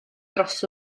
dros